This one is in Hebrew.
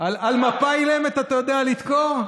על מפה אילמת אתה יודע לדקור?